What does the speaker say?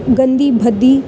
گندی بھدی